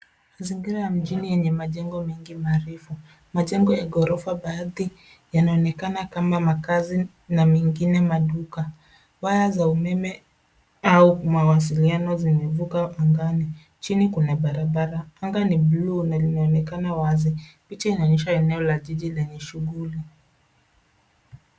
Mazingira ya mjini yenye majengo mengi marefu. Majengo ya gorofa baadhi yanaonekana kama makazi na mengine maduka. Waya za umeme au mawasiliano zimevuka angani, chini kuna barabara. Anga ni bluu na linaonekana wazi. Picha inaonyesha eneo la jiji lenye shughuli.